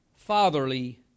Fatherly